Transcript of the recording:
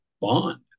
bond